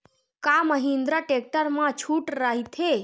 का महिंद्रा टेक्टर मा छुट राइथे?